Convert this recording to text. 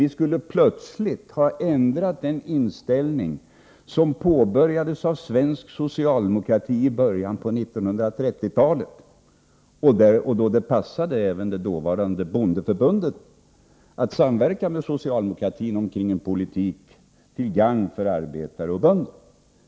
Vi skulle plötsligt ha ändrat den inställning som svensk socialdemokrati hade redan i början av 1930-talet — då det passade även det dåvarande bondeförbundet att samverka med socialdemokratin kring en politik till gagn för arbetare och bönder.